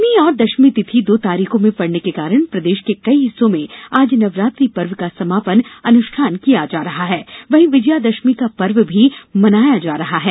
नवरात्र विजयदशमी नवमी और दशमी तिथि दो तारीखों में पड़ने के कारण प्रदेश के कई हिस्सों में आज नवरात्रि पर्व का समापन अनुष्ठान किया जा रहा है वहीं विजयादशमी का पर्व भी मनाया जा रहा है